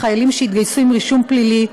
בחיילים שהתגייסו עם רישום פלילי,